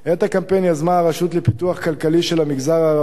את הקמפיין יזמה הרשות לפיתוח כלכלי של המגזר הערבי,